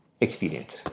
experience